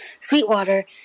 Sweetwater